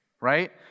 Right